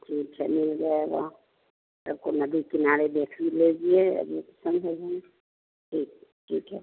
ठीक है मिल जाएगा सबको नदी के किनारे देखी लीजिए अभी पसंद हो जाऍं ठीक है ठीक है